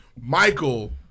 Michael